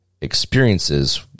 experiences